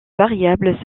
variable